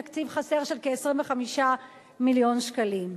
תקציב חסר של כ-25 מיליון שקלים.